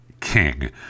King